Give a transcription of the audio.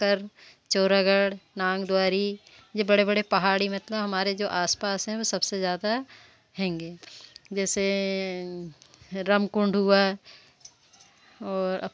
उनका जो घोंसला देखने में इतना अच्छा लगता है इतना बढ़िया लगता है नज़ारा देखने में कि जब आज फूल के जो रस जो पीती हैं न चुन मतलब चूस चूसकर मतलब हर फूलों पर बैठती हैं फ़िर